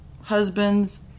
husbands